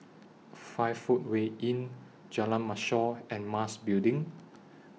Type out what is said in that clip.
five Footway Inn Jalan Mashor and Mas Building